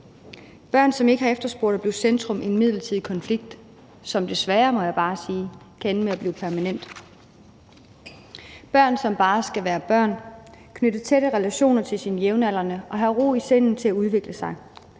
børn, som ikke har efterspurgt at blive centrum i en midlertidig konflikt, som desværre, må jeg bare sige, kan ende med at blive permanent; børn, som bare skal være børn og knytte tætte relationer til deres jævnaldrende og have ro i sindet til at udvikle sig;